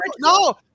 no